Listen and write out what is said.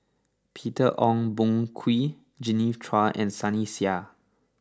Peter Ong Boon Kwee Genevieve Chua and Sunny Sia